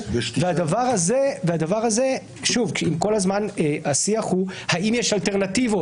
כל הזמן השיח הוא האם יש אלטרנטיבות,